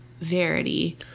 Verity